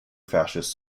fascist